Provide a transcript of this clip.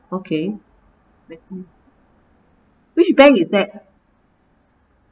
okay I see which bank is that